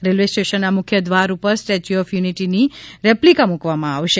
railway સ્ટેશનના મુખ્ય દ્વાર ઉપર સ્ટેચ્યુ ઓફ યુનિટીની રેપ્લીકા મુકવામાં આવશે